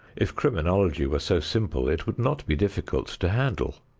if criminology were so simple it would not be difficult to handle.